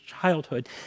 childhood